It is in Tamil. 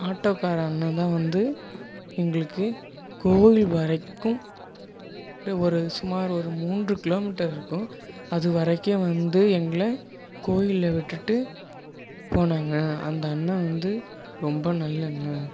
ஆட்டோக்கார அண்ணன் தான் வந்து எங்களுக்கு கோவில் வரைக்கும் ஒரு சுமார் ஒரு மூன்று கிலோமீட்டர் இருக்கும் அது வரைக்கும் வந்து எங்களை கோவில்ல விட்டுட்டு போனாங்க அந்த அண்ணன் வந்து ரொம்ப நல்ல அண்ணன்